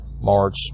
March